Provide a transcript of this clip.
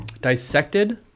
Dissected